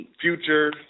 Future